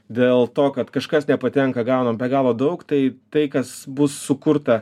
dėl to kad kažkas nepatenka gaunam be galo daug tai tai kas bus sukurta